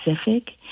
specific